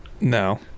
No